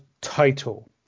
title